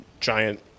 giant